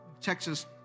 Texas